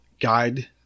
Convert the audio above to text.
guide